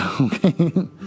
Okay